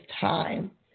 time